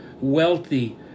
wealthy